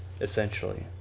Essentially